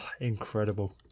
Incredible